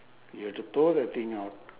you have to tow the thing out